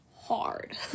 hard